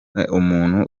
umuntu